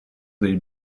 dei